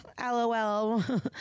lol